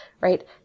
right